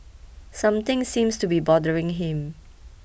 something seems to be bothering him